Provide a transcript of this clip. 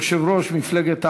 יושב-ראש מפלגת העבודה,